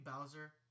Bowser